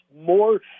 more